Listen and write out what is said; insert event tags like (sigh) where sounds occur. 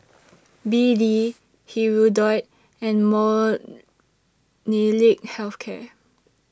(noise) B D Hirudoid and Molnylcke Health Care